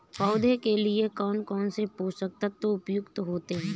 पौधे के लिए कौन कौन से पोषक तत्व उपयुक्त होते हैं?